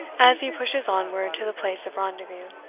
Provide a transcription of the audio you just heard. as he pushes onward to the place of rendezvous.